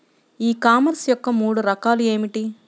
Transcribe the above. ఈ కామర్స్ యొక్క మూడు రకాలు ఏమిటి?